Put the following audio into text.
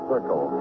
Circle